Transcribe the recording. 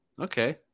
Okay